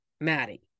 maddie